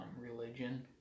religion